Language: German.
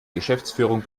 geschäftsführung